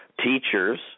Teachers